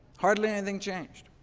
hardly anything changed.